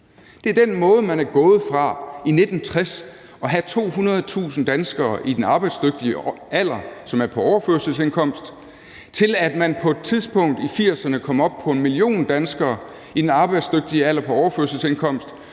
Det er den måde, man er gået fra i 1960 at have 200.000 danskere i den arbejdsdygtige alder, som er på overførselsindkomst, til at man på et tidspunkt i 1980'erne kom op på en million danskere i den arbejdsdygtige alder på overførselsindkomst,